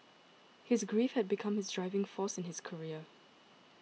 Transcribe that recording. his grief had become his driving force in his career